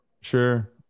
Sure